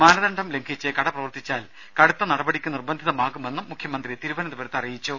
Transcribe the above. മാനദണ്ഡം ലംഘിച്ച് കട പ്രവർത്തിച്ചാൽ കടുത്ത നടപടികൾക്ക് നിർബന്ധിതമാകുമെന്നും മുഖ്യമന്ത്രി തിരുവനന്തപുരത്ത് പറഞ്ഞു